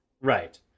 Right